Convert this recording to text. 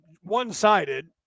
one-sided